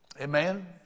Amen